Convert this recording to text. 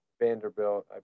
Vanderbilt